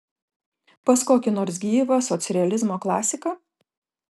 pas kokį nors dar gyvą socrealizmo klasiką